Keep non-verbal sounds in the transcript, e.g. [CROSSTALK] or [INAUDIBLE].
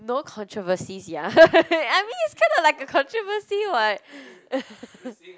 no controversies ya [LAUGHS] I mean it's kind of like a controversy [what] [LAUGHS]